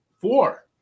four